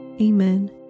Amen